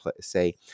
say